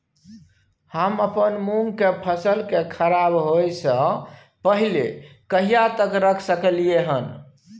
हम अपन मूंग के फसल के खराब होय स पहिले कहिया तक रख सकलिए हन?